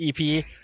EP